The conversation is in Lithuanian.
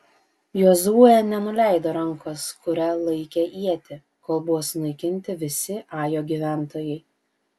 jozuė nenuleido rankos kuria laikė ietį kol buvo sunaikinti visi ajo gyventojai